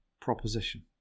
proposition